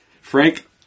Frank